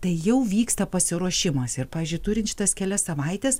tai jau vyksta pasiruošimas ir pavyzdžiui turint šitas kelias savaites